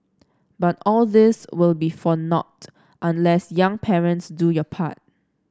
but all this will be for nought unless young parents do your part